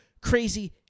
crazy